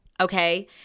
okay